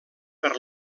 per